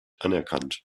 anerkannt